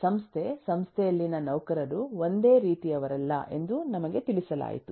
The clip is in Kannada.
ಸಂಸ್ಥೆ ಸಂಸ್ಥೆಯಲ್ಲಿನ ನೌಕರರು ಒಂದೇ ರೀತಿಯವರಲ್ಲ ಎಂದು ನಮಗೆ ತಿಳಿಸಲಾಯಿತು